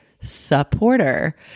supporter